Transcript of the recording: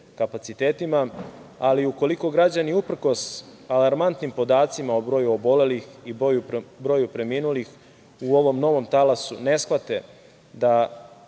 kapacitetima, ali ukoliko građani uprkos alarmantnim podacima o broju obolelih i broju preminulih u ovom novom talasu ne shvate da